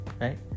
Right